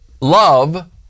love